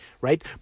right